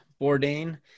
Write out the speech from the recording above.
Bourdain